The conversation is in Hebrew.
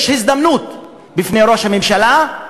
יש הזדמנות לראש הממשלה,